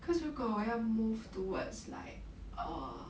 cause 如果我要 move towards like err